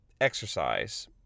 exercise